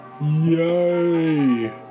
Yay